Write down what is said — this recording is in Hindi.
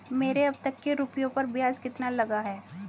मेरे अब तक के रुपयों पर ब्याज कितना लगा है?